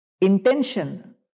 Intention